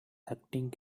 acting